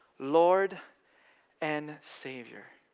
lord and saviour.